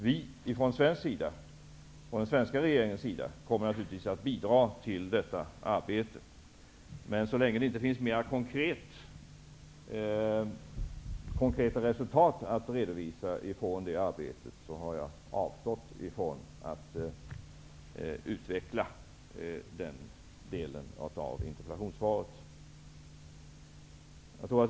Vi från den svenska regeringens sida kommer naturligtvis att bidra till detta arbete. Men eftersom det inte finns några konkreta resultat att redovisa från det arbetet, har jag avstått från att utveckla den delen av interpellationssvaret.